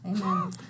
Amen